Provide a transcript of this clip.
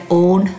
own